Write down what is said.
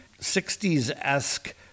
60s-esque